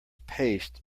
paste